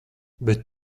bet